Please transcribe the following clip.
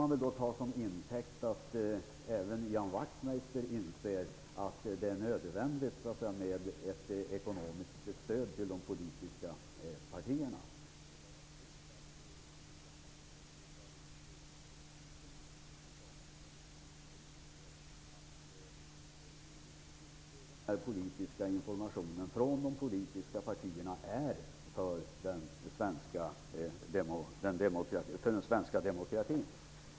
Jag tar det till intäkt för att även Ian Wachtmeister inser att det är nödvändigt med ett ekonomiskt stöd till de politiska partierna. Det är bara synd att han inte drar konsekvenserna av den kunskapen och inser hur viktig informationen från de politiska partierna är för den svenska demokratin.